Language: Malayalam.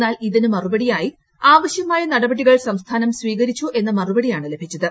എന്നാൽ ഇതിന് മറുപടിയായി ആവശ്യമായ നടപടികൾ സംസ്ഥാനം സ്വീകരിച്ചു എന്ന മറുപടിയാണ് ലഭിച്ചത്